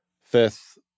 Fifth